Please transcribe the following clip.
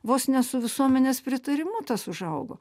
vos ne su visuomenės pritarimu tas užaugo